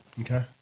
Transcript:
Okay